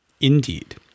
Indeed